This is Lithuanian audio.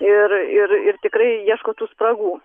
ir ir ir tikrai ieško tų spragų